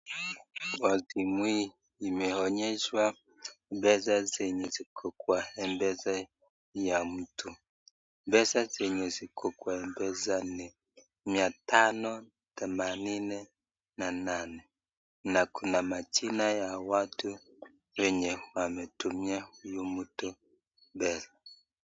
Kwa simu hii, imeonyesha pesa zenye ziko kwa M-pesa mtu. Pesa zenye ziko kwa M-pesa ni mia tano themanini na nane, na kuna majina za watu wenye wametumia mtu huyu pesa.